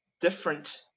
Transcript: different